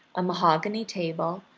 a mahogany table,